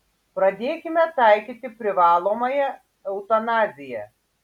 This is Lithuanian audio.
pradėkime taikyti privalomąją eutanaziją